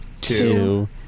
two